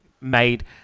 made